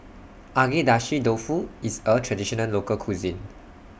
Agedashi Dofu IS A Traditional Local Cuisine